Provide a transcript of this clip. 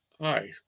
hi